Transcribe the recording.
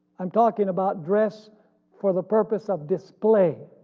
i'm talking about dress for the purpose of display.